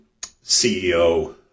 CEO